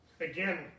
Again